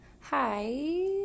hi